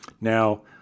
Now